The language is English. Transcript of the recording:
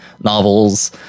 novels